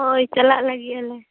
ᱦᱳᱭ ᱪᱟᱞᱟᱜ ᱞᱟᱹᱜᱤᱫ ᱟᱞᱮ